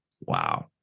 Wow